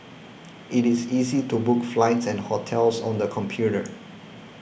it is easy to book flights and hotels on the computer